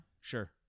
Sure